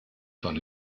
von